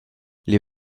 les